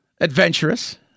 adventurous